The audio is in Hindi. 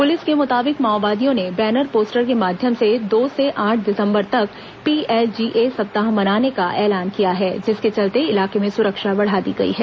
पुलिस के मुताबिक माओवादियों ने बैनर पोस्टर के माध्यम से दो से आठ दिसंबर तक पीएलजीए सप्ताह मनाने का ऐलान किया है जिसके चलते इलाके में सुरक्षा बढ़ा दी गई है